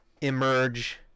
emerge